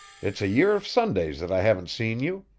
it's a year of sundays that i haven't seen you.